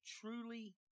truly